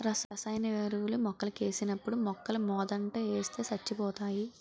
రసాయన ఎరువులు మొక్కలకేసినప్పుడు మొక్కలమోదంట ఏస్తే సచ్చిపోతాయి